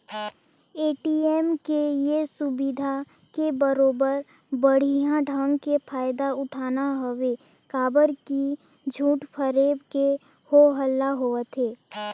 ATM के ये सुबिधा के बरोबर बड़िहा ढंग के फायदा उठाना हवे काबर की झूठ फरेब के हो हल्ला होवथे